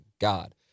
God